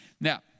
Now